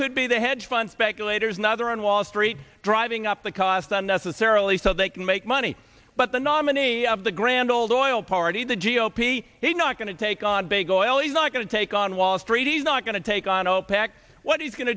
could be the hedge fund speculators another on wall street driving up the cost unnecessarily so they can make money but the nominee of the grand old oil party the g o p is not going to take on big oil he's not going to take on wall street he's not going to take on opec what he's going